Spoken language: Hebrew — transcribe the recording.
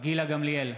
גילה גמליאל,